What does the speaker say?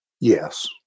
Yes